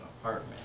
apartment